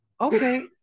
okay